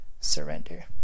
surrender